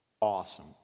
Awesome